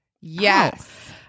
Yes